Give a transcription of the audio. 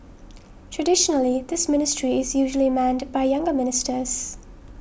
traditionally this ministry is usually manned by younger ministers